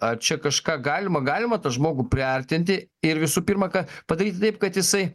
ar čia kažką galima galima tą žmogų priartinti ir visų pirma ką padaryti taip kad jisai